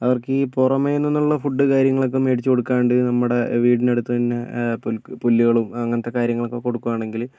അവർക്കീ പുറമേ നിന്നുള്ള ഫുഡ് കാര്യങ്ങളൊക്കെ മേടിച്ചു കൊടുക്കാണ്ട് നമ്മുടെ വീടിനടുത്തു തന്നെ പുല്ലുകളും അങ്ങനത്തെ കാര്യങ്ങളും ഒക്കെ കൊടുക്കുകയാണെങ്കിൽ